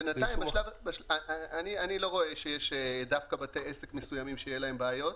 בינתיים אני לא רואה שיש בתי עסק מסוימים שיהיו להם בעיות.